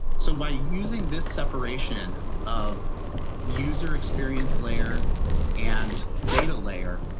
so by using this separation of user experience layer and data layer,